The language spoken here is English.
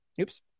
Oops